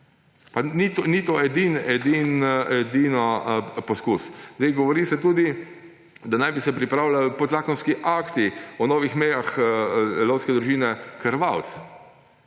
Pa ni to edini poskus. Govori se tudi, da naj bi se pripravljali podzakonski akti o novih mejah lovske družine Krvavec.